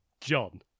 john